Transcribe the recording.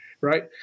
right